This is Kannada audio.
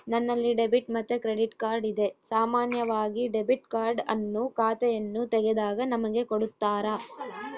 ನನ್ನಲ್ಲಿ ಡೆಬಿಟ್ ಮತ್ತೆ ಕ್ರೆಡಿಟ್ ಕಾರ್ಡ್ ಇದೆ, ಸಾಮಾನ್ಯವಾಗಿ ಡೆಬಿಟ್ ಕಾರ್ಡ್ ಅನ್ನು ಖಾತೆಯನ್ನು ತೆಗೆದಾಗ ನಮಗೆ ಕೊಡುತ್ತಾರ